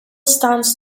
stands